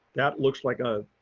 that looks like a